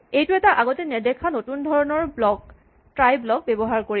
এইটো এটা আগতে নেদেখা নতুন ধৰণৰ ব্লক ট্ৰাই ব্যৱহাৰ কৰি কৰিম